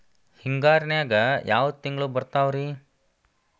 ಹಿಂಗಾರಿನ್ಯಾಗ ಯಾವ ತಿಂಗ್ಳು ಬರ್ತಾವ ರಿ?